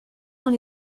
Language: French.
dans